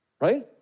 right